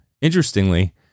interestingly